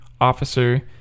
officer